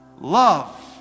love